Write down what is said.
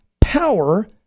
power